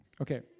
Okay